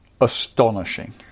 astonishing